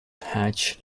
hatch